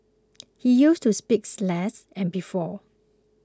he used to speak less and before